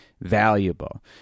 valuable